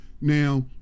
Now